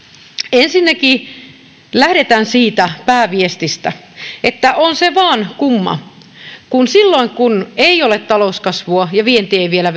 ensinnäkin lähdetään siitä pääviestistä että on se vaan kumma että silloin kun ei ollut talouskasvua ja vienti ei vielä